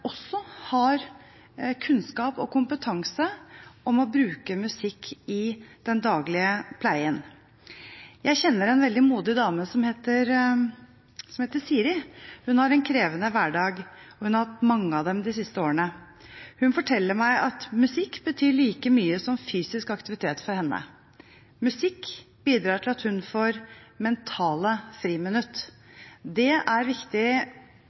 også har kunnskap og kompetanse om å bruke musikk i den daglige pleien. Jeg kjenner en veldig modig dame som heter Siri. Hun har en krevende hverdag, hun har hatt mange av dem de siste årene. Hun forteller meg at musikk betyr like mye som fysisk aktivitet for henne. Musikk bidrar til at hun får mentale friminutt. Det er viktig